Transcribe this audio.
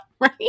Right